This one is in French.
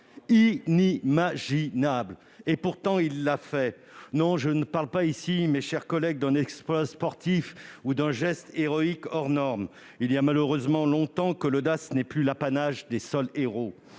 I-ni-ma-gi-nable ! Pourtant, il l'a fait ! Non, je ne parle pas ici d'un exploit sportif ou d'un geste héroïque hors norme. Il y a malheureusement longtemps que l'audace n'est plus l'apanage des seuls héros.